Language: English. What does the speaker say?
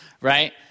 right